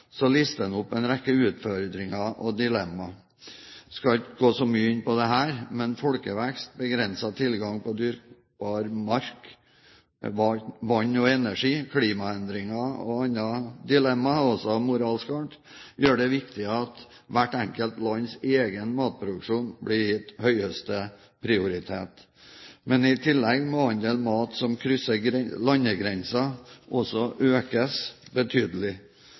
så mye mer inn på det her, men folkevekst, begrenset tilgang på dyrkbar mark, vann og energi, klimaendringer og andre dilemmaer, også av moralsk art, gjør det viktig at hvert enkelt lands egen matproduksjon blir gitt høyeste prioritet. Men i tillegg må andelen mat som krysser landegrenser, økes betydelig.